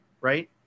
right